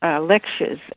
lectures